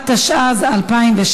התשע"ז 2017,